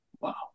Wow